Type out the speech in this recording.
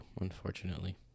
unfortunately